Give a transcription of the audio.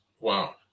Wow